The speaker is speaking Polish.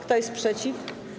Kto jest przeciw?